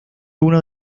uno